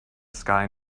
sky